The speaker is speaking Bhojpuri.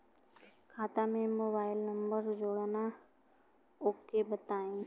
खाता में मोबाइल नंबर जोड़ना ओके बताई?